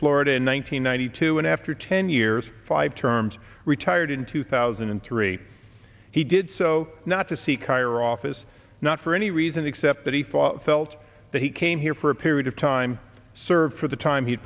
florida in one thousand nine hundred two and after ten years five terms retired in two thousand and three he did so not to seek higher office not for any reason except that he fought felt that he came here for a period of time served for the time he